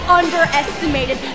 underestimated